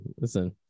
listen